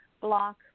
block